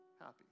happy